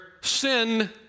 sin